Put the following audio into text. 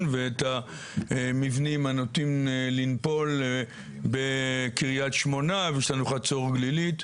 ואת המבנים הנוטים לנפול בקריית שמונה ויש לנו חצור הגלילית.